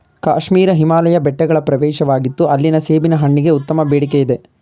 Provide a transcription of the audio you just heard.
ಕಾಶ್ಮೀರ ಹಿಮಾಲಯ ಬೆಟ್ಟಗಳ ಪ್ರವೇಶವಾಗಿತ್ತು ಅಲ್ಲಿನ ಸೇಬಿನ ಹಣ್ಣಿಗೆ ಉತ್ತಮ ಬೇಡಿಕೆಯಿದೆ